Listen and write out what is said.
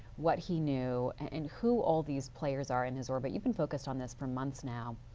what he knew, and who all these players are in his orbit. you been focused on this for months now.